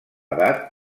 edat